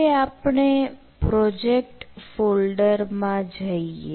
હવે આપણે પ્રોજેક્ટ ફોલ્ડરમાં જઈએ